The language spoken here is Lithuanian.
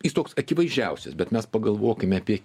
jis toks akivaizdžiausias bet mes pagalvokime apie